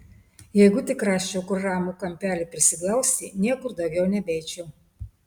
jeigu tik rasčiau kur ramų kampelį prisiglausti niekur daugiau nebeeičiau